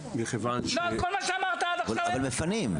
כל מה שאמרת עד עכשיו היה נכון.